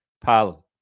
Pal